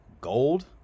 gold